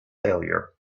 failure